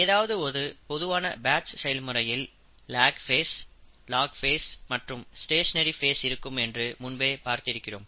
ஏதாவது ஒரு பொதுவான பேட்ச் செயல்முறையில் லேக் ஃபேஸ் லாக் ஃபேஸ் மற்றும் ஸ்டேஷனரி ஃபேஸ் இருக்கும் என்று முன்பே பார்த்திருக்கிறோம்